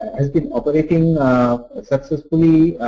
has been operating successfully